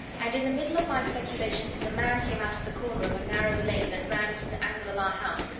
and in the middle of my speculations a man came out of the corner of a narrow lane that ran from the angle of our house,